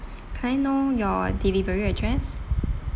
can I know your delivery address